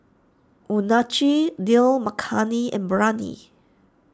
Unagi Dal Makhani and Biryani